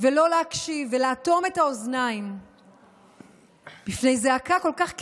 ולא להקשיב ולאטום את האוזניים לזעקה כל כך כנה,